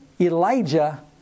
Elijah